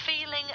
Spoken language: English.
feeling